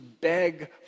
beg